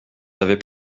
avaient